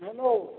hello